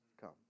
come